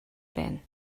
байна